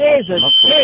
Jesus